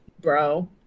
bro